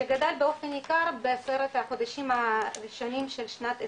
שגדל באופן ניכר בעשרת החודשים בשנת 2021,